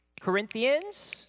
Corinthians